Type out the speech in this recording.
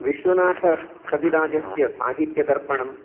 विश्वनाथः कविराजस्य साहित्यदर्पणम्